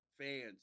Fans